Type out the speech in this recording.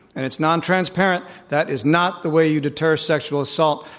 and it's nontransparent that is not the way you deter sexual assault.